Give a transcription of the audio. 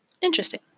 Interesting